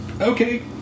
okay